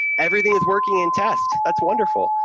everything is working in test. that's wonderful.